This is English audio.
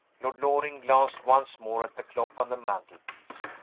lord loring glanced once more at the clock on the mantel-piece.